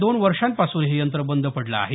दोन वर्षांपासून हे यंत्र बंद पडलं आहे